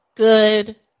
Good